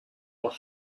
were